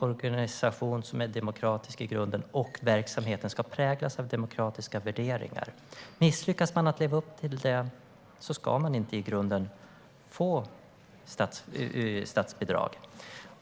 Organisationen ska vara demokratisk i grunden, och verksamheten ska präglas av demokratiska värderingar. Om man misslyckas att leva upp till dessa krav ska man inte få statsbidrag.